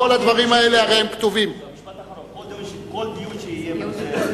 כל דיון שיהיה בכנסת